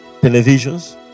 televisions